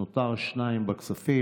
נותרו שניים בכספים.